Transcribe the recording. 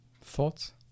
Thoughts